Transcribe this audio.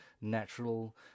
natural